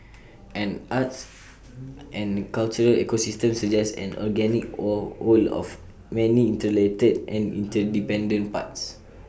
an arts and cultural ecosystem suggests an organic all whole of many interrelated and interdependent parts